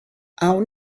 awn